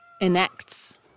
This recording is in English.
enacts